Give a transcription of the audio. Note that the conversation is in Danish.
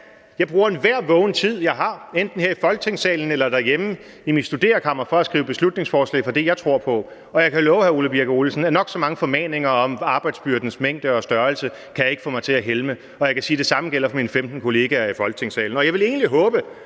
jeg bruger al min vågne tid, jeg har, enten her i Folketingssalen eller derhjemme i mit studerekammer på at skrive beslutningsforslag om det, jeg tror på. Og jeg kan love hr. Ole Birk Olesen, at nok så mange formaninger om arbejdsbyrdens mængde og størrelse ikke kan få mig til at helme. Og jeg kan sige, at det samme gælder for mine 15 kollegaer i folketingsgruppen. Jeg vil egentlig håbe,